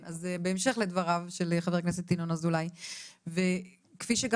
בהמשך לדבריו של חבר הכנסת ינון אזולאי וכפי שגם